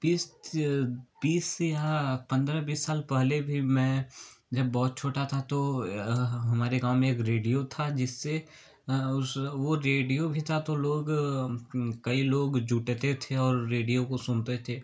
बीस बीस यह पन्द्रह बीस साल पहले भी मैं जब बहुत छोटा था तो हमारे गाँव में एक रेडियो था जिससे उस वो रेडियो भी था तो लोग कई लोग जुटते थे और रेडियो को सुनते थे